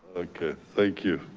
okay, thank you.